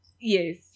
Yes